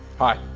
high.